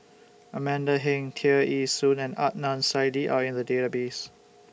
Amanda Heng Tear Ee Soon and Adnan Saidi Are in The Database